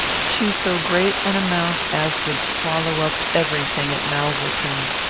to so great an amount as would swallow up every thing at malverton.